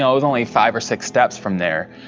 it was only five or six steps from there.